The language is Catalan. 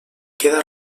queda